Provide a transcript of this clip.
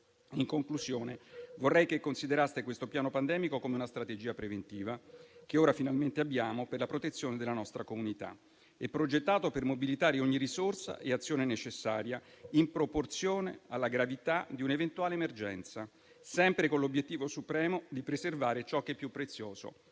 In conclusione, vorrei che consideraste questo piano pandemico come una strategia preventiva che ora finalmente abbiamo per la protezione della nostra comunità. È progettato per mobilitare ogni risorsa e azione necessaria in proporzione alla gravità di un'eventuale emergenza, sempre con l'obiettivo supremo di preservare ciò che è più prezioso: